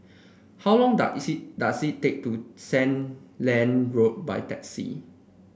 how long does does it take to Sandiland Road by taxi